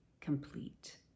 complete